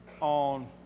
on